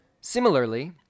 Similarly